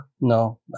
no